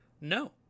No